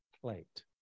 plate